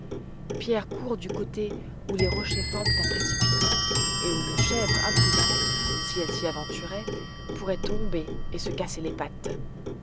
pierre court du côté où les rochers forment un précipice et où une chèvre imprudente si elle s'y aventurait pourrait tomber et se casser les pattes